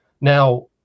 Now